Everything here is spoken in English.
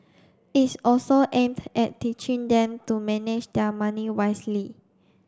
it's also aimed at teaching them to manage their money wisely